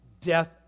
Death